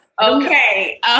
Okay